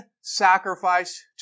sacrifice